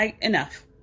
Enough